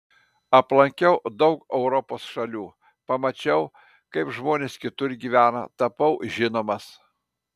aplankiau daug europos šalių pamačiau kaip žmonės kitur gyvena tapau žinomas